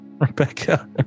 Rebecca